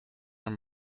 haar